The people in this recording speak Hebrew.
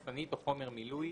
מחסנית או חומר מילוי,